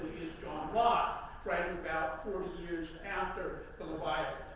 is john locke, writing about forty years after the leviathan.